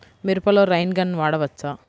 మిరపలో rain gun వాడవచ్చా?